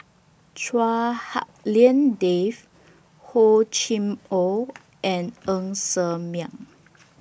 Chua Hak Lien Dave Hor Chim Or and Ng Ser Miang